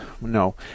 no